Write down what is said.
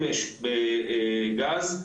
שמש וגז,